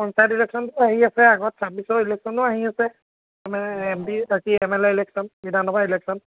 পঞ্চায়ত ইলেকশচনটো আহি আছে আগত ছাব্বিছৰ ইলেকশচনো আহি আছে এম বি এম এল এ ইলেকশ্য়ন বিধানসভা ইলেকশ্যন